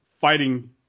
fighting